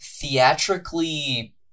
theatrically